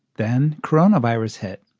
then corona virus hit.